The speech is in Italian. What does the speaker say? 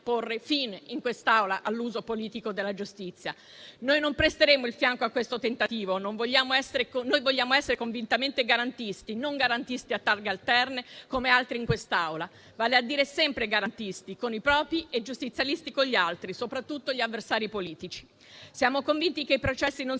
porre fine, in quest'Aula, all'uso politico della Giustizia. Noi non presteremo il fianco a questo tentativo. Noi vogliamo essere convintamente garantisti e non garantisti a targhe alterne, come altri in quest'Aula: vale a dire sempre garantisti con i propri e giustizialisti con gli altri, soprattutto gli avversari politici. Siamo convinti che i processi non